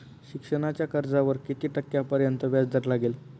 शिक्षणाच्या कर्जावर किती टक्क्यांपर्यंत व्याजदर लागेल?